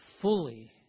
fully